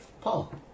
Paul